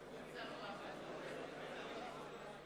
מדובר בסעיף תחולה של כל הפרק,